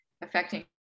affecting